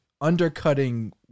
undercutting